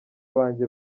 banjye